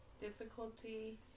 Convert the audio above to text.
Difficulty